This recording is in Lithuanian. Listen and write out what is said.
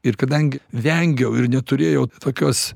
ir kadangi vengiau ir neturėjau tokios